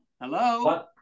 hello